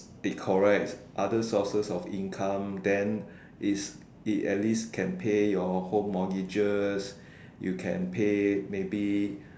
decorum other sources of income then it's it at least can pay your home mortgages you can pay maybe